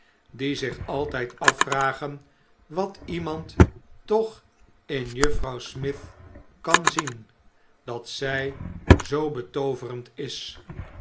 die zich altijd afvragen wat iemand toch in juffrouw smith kan zien dat zij zoo betooverend is